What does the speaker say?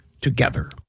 together